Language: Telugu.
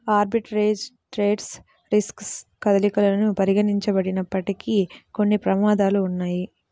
ఆర్బిట్రేజ్ ట్రేడ్స్ రిస్క్లెస్ కదలికలను పరిగణించబడినప్పటికీ, కొన్ని ప్రమాదాలు ఉన్నయ్యి